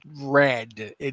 red